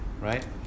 right